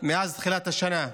מאז תחילת השנה.